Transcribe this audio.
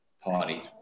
party